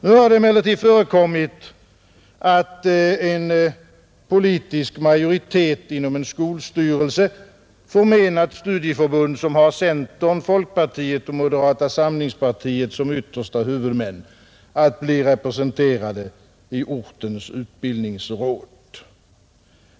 Nu har det emellertid förekommit att en politisk majoritet inom en skolstyrelse förmenat studieförbund som har centern, folkpartiet och moderata samlingspartiet som yttersta huvudmän att bli representerade i ortens utbildningsråd.